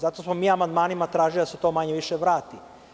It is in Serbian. Zato smo mi amandmanima tražili da se to manje-više vrati.